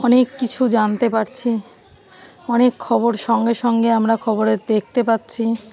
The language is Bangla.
অনেক কিছু জানতে পারছি অনেক খবর সঙ্গে সঙ্গে আমরা খবরের দেখতে পাচ্ছি